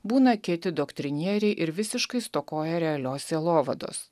būna kieti doktrinieriai ir visiškai stokoja realios sielovados